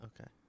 Okay